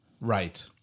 Right